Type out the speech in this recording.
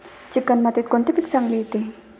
Chicken मातीत कोणते पीक चांगले येते?